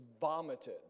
vomited